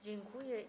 Dziękuję.